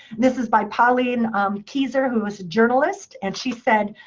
this is by pauline kezer who's a journalist, and she said,